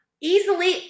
easily